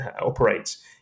operates